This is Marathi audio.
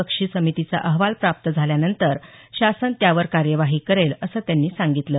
बक्षी समितीचा अहवाल प्राप्त झाल्यानंतर शासन त्यावर कार्यवाही करेल असं त्यांनी सांगितलं